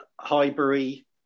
Highbury